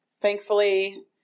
thankfully